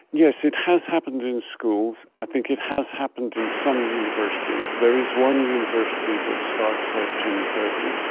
yes, it has happened in schools, i think it has happened in some universities. there is one university that starts at ten. thirty